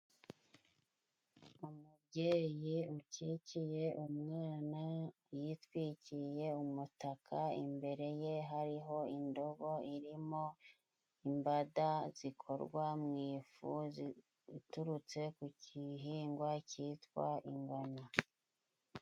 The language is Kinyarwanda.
Umubyeyi ukikiye umwana yitwikiye umutaka imbere ye hariho indobo irimo imbada zikorwa mu ifu iturutse ku kihingwa cyitwa ingano.